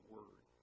Word